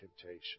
temptation